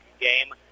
game